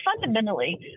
fundamentally